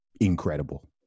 incredible